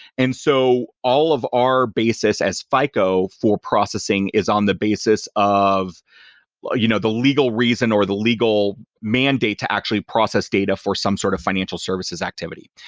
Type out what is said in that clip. and so all of our basis as fico for processing is on the basis of you know the legal reason or the legal mandate to actually process data for some sort of financial services activity.